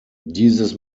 dieses